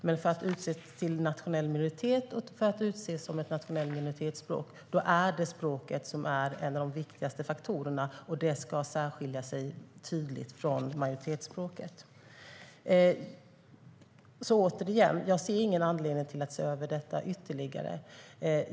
Men för att utses till nationell minoritet och till ett nationellt minoritetsspråk är språket en av de viktigaste faktorerna, och det ska särskilja sig tydligt från majoritetsspråket. Återigen: Jag ser inte någon anledning att se över detta ytterligare.